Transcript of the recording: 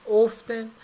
often